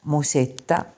Musetta